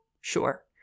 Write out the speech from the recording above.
sure